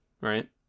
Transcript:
right